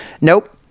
Nope